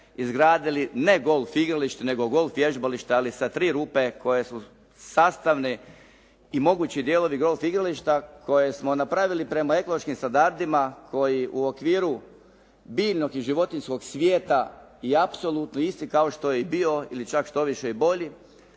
izgradili ne golf igralište nego golf vježbalište ali sa tri rupe koje su sastavni i mogući dijelovi golf igrališta koje smo napravili prema ekološkim standardima koji u okviru biljnog i životinjskog svijeta je apsolutni isti kao što je bio ili čak štoviše i bolji.